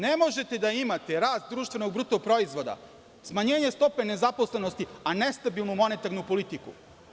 Ne možete da imate rast društvenog bruto proizvoda, smanjenje stope nezaposlenosti, a nestabilnu monetarnu politiku.